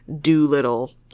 Doolittle